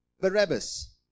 Barabbas